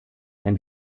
ein